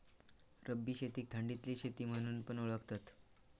रब्बी शेतीक थंडीतली शेती म्हणून पण ओळखतत